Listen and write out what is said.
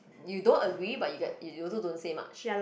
you don't agree but you g~ you also don't say much